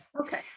Okay